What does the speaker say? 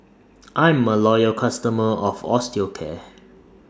I'm A Loyal customer of Osteocare